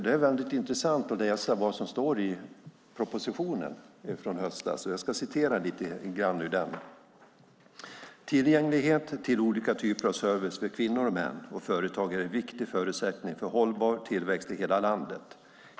Det är väldigt intressant att läsa vad som står i propositionen från i höstas. Jag ska citera lite grann ur den: "Tillgänglighet till olika typer av service för kvinnor, män och företag är en viktig förutsättning för hållbar tillväxt i alla delar av landet.